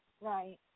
right